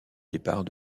départ